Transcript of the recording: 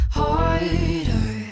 harder